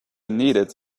needed